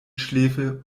schläfe